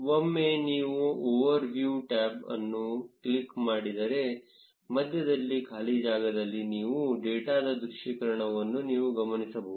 ಒಮ್ಮೆ ನೀವು overview tab ಅನ್ನು ಕ್ಲಿಕ್ ಮಾಡಿದರೆ ಮಧ್ಯದಲ್ಲಿ ಖಾಲಿ ಜಾಗದಲ್ಲಿ ನಿಮ್ಮ ಡೇಟಾದ ದೃಶ್ಯೀಕರಣವನ್ನು ನೀವು ಗಮನಿಸಬಹುದು